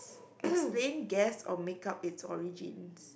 explain guess or make up it's origins